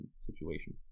situation